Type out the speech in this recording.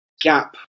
gap